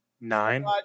nine